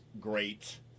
great